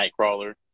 Nightcrawler